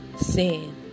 sin